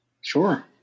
Sure